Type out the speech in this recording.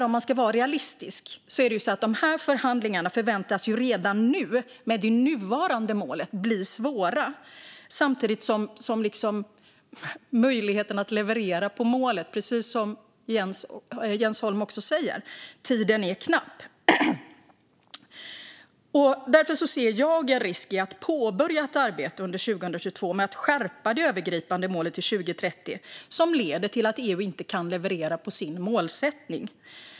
Om man ska vara realistisk vet vi att de här förhandlingarna redan nu, med det nuvarande målet, förväntas bli svåra. Samtidigt är tiden knapp, precis som Jens Holm säger, för möjligheten att leverera på målet. Därför ser jag en risk i att påbörja ett arbete under 2022 med att skärpa det övergripande målet till 2030, som leder till att EU inte kan leverera på sin målsättning.